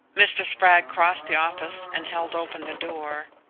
mr. spragg crossed the office and held open the door.